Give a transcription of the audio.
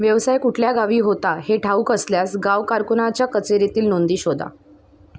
व्यवसाय कुठल्या गावी होता हे ठाऊक असल्यास गाव कारकुनाच्या कचेरीतील नोंदी शोधा